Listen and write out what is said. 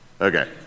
Okay